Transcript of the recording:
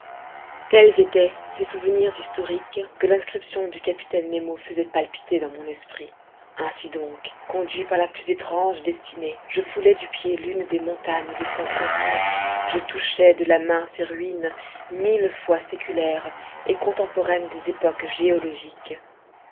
tels étaient ces souvenirs historiques que l'inscription du capitaine nemo faisait palpiter dans mon esprit ainsi donc conduit par la plus étrange destinée je foulais du pied l'une des montagnes de ce continent je touchais de la main ces ruines mille fois séculaires et contemporaines des époques géologiques